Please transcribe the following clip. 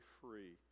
free